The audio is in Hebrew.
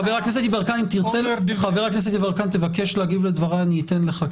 אם תבקש להגיב לדבריי אני אתן לך.